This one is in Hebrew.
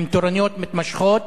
עם תורנויות מתמשכות,